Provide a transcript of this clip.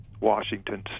Washington